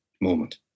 moment